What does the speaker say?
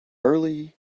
early